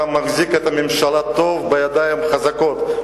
אתה מחזיק את הממשלה טוב, בידיים חזקות.